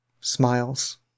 smiles